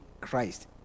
Christ